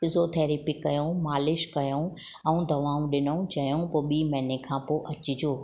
physiotherapy कयूं मालिश कयूं ऐं दवाऊं ॾिनूं चयूं पोइ ॿीं महिने खां पोइ अचिजो